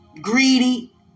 greedy